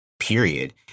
period